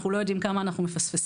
אנחנו לא יודעים כמה אנחנו מפספסים.